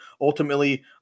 Ultimately